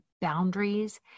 boundaries